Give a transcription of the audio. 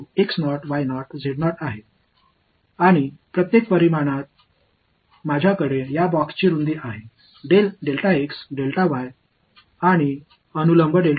இங்கே என்ற மைய புள்ளி உள்ளது என்றும் ஒவ்வொரு பரிமாணத்திலும் இந்த பெட்டியின் அகலம் உள்ளது என்றும் உயரம் இங்கே என்றும் கூறலாம்